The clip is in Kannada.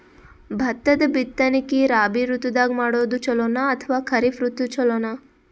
ಭತ್ತದ ಬಿತ್ತನಕಿ ರಾಬಿ ಋತು ದಾಗ ಮಾಡೋದು ಚಲೋನ ಅಥವಾ ಖರೀಫ್ ಋತು ಚಲೋನ?